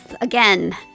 again